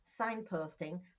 signposting